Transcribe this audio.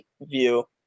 view